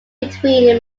between